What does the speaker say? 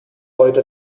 heute